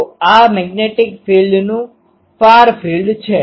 તો આ મેગ્નેટિક ફિલ્ડનું ફાર ફિલ્ડ છે